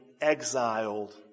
exiled